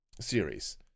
series